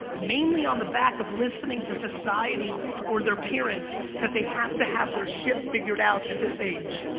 mainly on the back of listening to society or their parents that they have to have their shit figured out at this age.